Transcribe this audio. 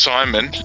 Simon